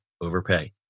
overpay